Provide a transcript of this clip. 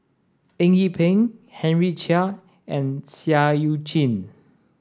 Eng Yee Peng Henry Chia and Seah Eu Chin